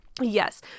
Yes